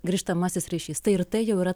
grįžtamasis ryšys tai ir tai jau yra